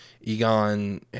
Egon